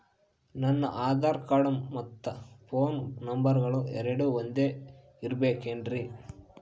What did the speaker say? ನನ್ನ ಆಧಾರ್ ಕಾರ್ಡ್ ಮತ್ತ ಪೋನ್ ನಂಬರಗಳು ಎರಡು ಒಂದೆ ಇರಬೇಕಿನ್ರಿ?